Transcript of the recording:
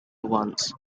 wants